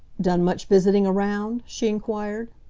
done much visiting around? she enquired.